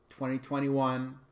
2021